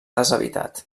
deshabitat